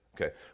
Okay